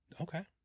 Okay